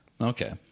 Okay